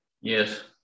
Yes